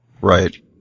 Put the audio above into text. Right